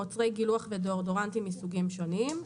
מוצרי גילוח ודיאודורנטים מסוגים שונים,